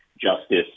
justice